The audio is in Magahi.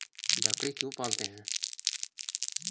बकरी क्यों पालते है?